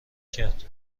کرد